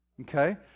okay